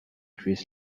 trees